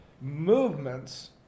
movements